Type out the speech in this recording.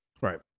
Right